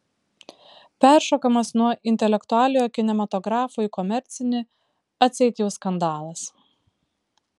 peršokimas nuo intelektualiojo kinematografo į komercinį atseit jau skandalas